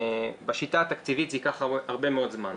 בשיטה התקציבית זה ייקח הרבה מאוד זמן.